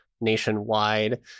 nationwide